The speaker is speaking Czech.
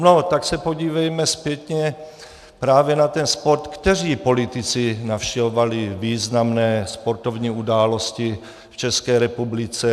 No tak se podívejme zpětně právě na ten sport, kteří politici navštěvovali významné sportovní události v České republice.